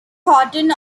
cotton